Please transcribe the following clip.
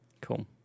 Cool